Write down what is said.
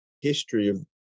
history